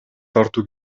тартуу